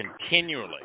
continually